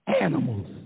animals